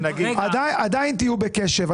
עדיין תהיו בקשב.